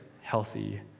healthy